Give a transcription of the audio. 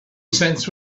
cents